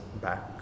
back